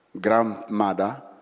grandmother